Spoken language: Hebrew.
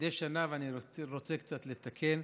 מדי שנה, ואני רוצה קצת לתקן,